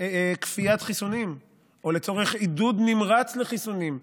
כפיית חיסונים או לצורך עידוד נמרץ לחיסונים,